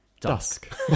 dusk